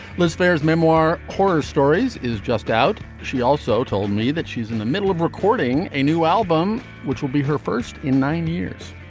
liz clare's memoir horror stories is just out. she also told me that she's in the middle of recording a new album which will be her first in nine years.